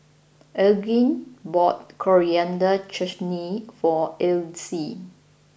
Elgin bought Coriander Chutney for Ellis